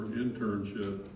internship